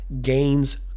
gains